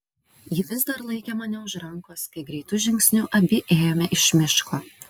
ji vis dar laikė mane už rankos kai greitu žingsniu abi ėjome iš miško